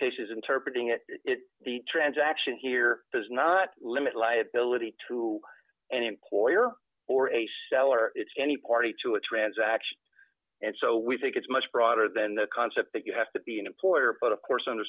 cases interpret in that transaction here does not limit liability to an importer or ace or any party to a transaction and so we think it's much broader than the concept that you have to be an importer but of course under